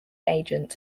agent